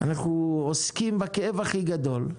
שאנחנו עוסקים בכאב הכי גדול?